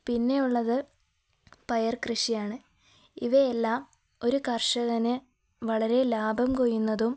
പിന്നെയുള്ളത് പയർ കൃഷിയാണ് ഇവയെല്ലാം ഒരു കർഷകന് വളരെ ലാഭം കൊയ്യുന്നതും